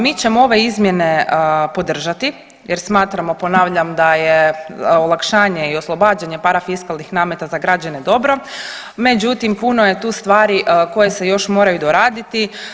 Mi ćemo ove izmjene podržati jer smatramo ponavljam da je olakšanje i oslobađanje parafiskalnih nameta za građane dobro, međutim puno je tu stvari koje se još moraju doraditi.